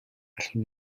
allwn